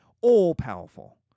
all-powerful